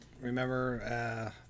remember